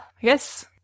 Yes